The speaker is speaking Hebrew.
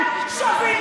בושה.